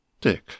Dick